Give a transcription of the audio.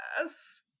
Yes